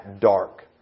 dark